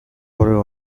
oro